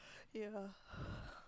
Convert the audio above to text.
ya